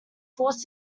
forced